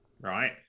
right